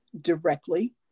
directly